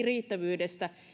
riittävyydestä